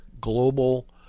Global